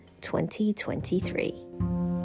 2023